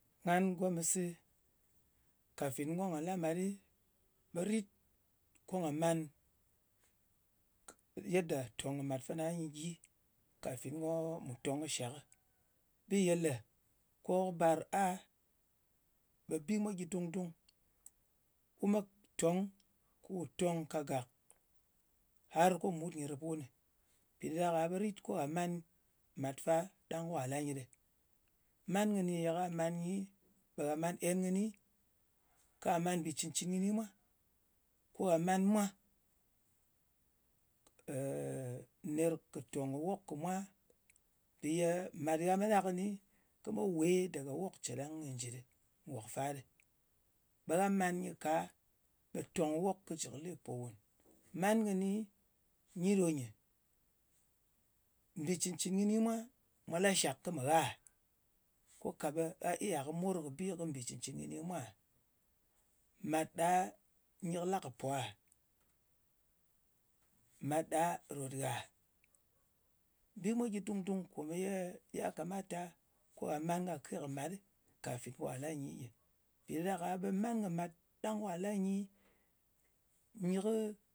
Ngan gomɨsi, kàfin ko nga la mat ɓe kɨ rit ko nga man yedda tòng kɨ màt fana nyɨ gyi. Kafin ko mu tong kɨ shakɨ. Bi ye le ko kɨ bar a, ɓe bi mwa gyɨ dung-dung. Wu me tong ku tong kagàk har ko mut nyɨ rɨp wunɨ. Mpì ɗa ɗak-a ɓe rit ko gha man mat fa ɗang ka la nyɨ ɗɨ. Man kɨni ne ka man nyi, ɓe ghà man en kɨni, ka man mbi cɨn-cɨn kɨni mwa. Ko gha man mwa ner kɨ tòng wok kɨ mwa. Mpì ye màt gha me la kɨni kɨ met wè dàgà wok cè ɗang ko nyɨ jɨ ɗɨ, nwòk fa ɗɨ. Ɓe a man nyɨ ka, ɓe tòng wok kɨ jɨ kɨ lepo nwùn. Man kɨni nyi ɗo nyɨ, mbì cɨn-cɨn kɨni mwa lashàk kɨ mɨ gha? Ko ka ɓe a iya kɨ morkɨbi kɨ́ mbì cɨn-cɨn kɨni mwa? Mat ɗa, nyɨ kɨ la kɨ po a? Mat ɗa ròt ghà? Bi mwa gyɨ dung-dung komeye ya kamata ko gha man kake màt ɗɨ fàfin ko gha la nyi ɗɨ. Mpì ɗa ɗak-a, ɓe man kɨ mat ɗang ka la nyi, nyɨ kɨ,